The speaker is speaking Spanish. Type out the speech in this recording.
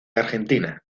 argentina